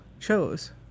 chose